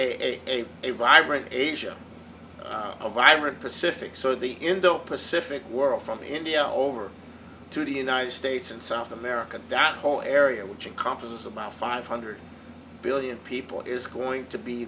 a vibrant asia vibrant pacific so the in the pacific world from india over to the united states and south america that whole area which encompasses about five hundred billion people is going to be